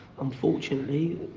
unfortunately